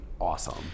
awesome